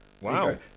Wow